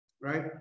right